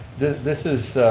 this this is